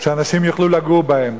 שאנשים יוכלו לגור בהם.